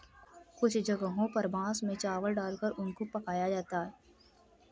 कुछ जगहों पर बांस में चावल डालकर उनको पकाया जाता है